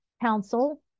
council